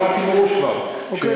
אני אמרתי כבר מראש, אוקיי.